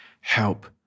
help